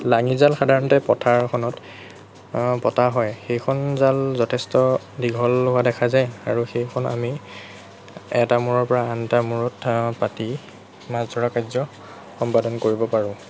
লাঙি জাল সাধাৰণতে পথাৰ এখনত পতা হয় সেইখন জাল যথেষ্ট দীঘল হোৱা দেখা যায় আৰু সেইখন আমি এটা মূৰৰ পৰা আন এটা মূৰত পাতি মাছ ধৰা কাৰ্য সম্পাদন কৰিব পাৰোঁ